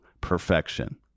perfection